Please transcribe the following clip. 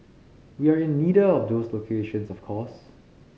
we are in neither of those two locations of course